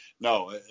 no